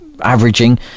averaging